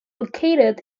located